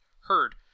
heard